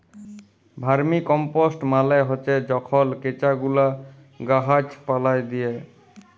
vermicompost মালে হছে যখল কেঁচা গুলা গাহাচ পালায় দিয়া